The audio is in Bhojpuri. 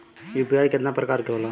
यू.पी.आई केतना प्रकार के होला?